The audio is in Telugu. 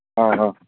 ఆహా